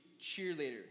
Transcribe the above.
cheerleader